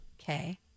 Okay